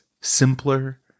simpler